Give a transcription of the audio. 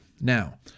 Now